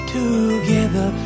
together